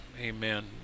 amen